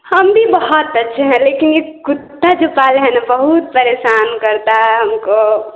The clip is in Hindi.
हम भी बहुत अच्छे हैं लेकिन यह कुत्ता जो पाले हैं ना बहुत परेशान करता है हमको